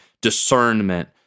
discernment